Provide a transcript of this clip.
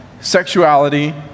sexuality